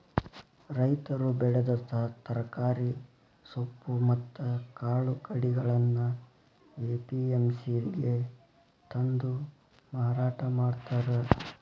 ರೈತರು ಬೆಳೆದ ತರಕಾರಿ, ಸೊಪ್ಪು ಮತ್ತ್ ಕಾಳು ಕಡಿಗಳನ್ನ ಎ.ಪಿ.ಎಂ.ಸಿ ಗೆ ತಂದು ಮಾರಾಟ ಮಾಡ್ತಾರ